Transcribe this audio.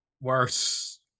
worse